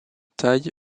thaï